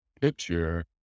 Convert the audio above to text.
picture